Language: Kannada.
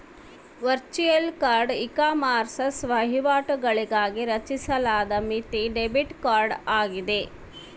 ವರ್ಚುಯಲ್ ಕಾರ್ಡ್ ಇಕಾಮರ್ಸ್ ವಹಿವಾಟುಗಳಿಗಾಗಿ ರಚಿಸಲಾದ ಮಿತಿ ಡೆಬಿಟ್ ಕಾರ್ಡ್ ಆಗಿದೆ